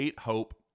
Hope